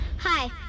Hi